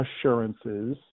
assurances